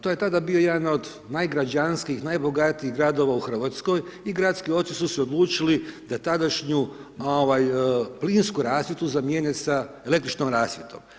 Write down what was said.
To je tada bio jedan od najgrađanskijih, najbogatijih gradova u Hrvatskoj i gradski oci su se odlučili da tadašnju plinsku rasvjetu zamjene sa električnom rasvjetom.